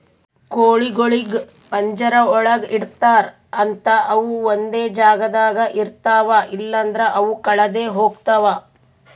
ಕೋಳಿಗೊಳಿಗ್ ಪಂಜರ ಒಳಗ್ ಇಡ್ತಾರ್ ಅಂತ ಅವು ಒಂದೆ ಜಾಗದಾಗ ಇರ್ತಾವ ಇಲ್ಲಂದ್ರ ಅವು ಕಳದೆ ಹೋಗ್ತಾವ